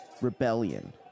rebellion